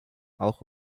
auch